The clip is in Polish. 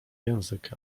język